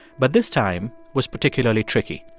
but this time was particularly tricky.